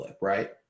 right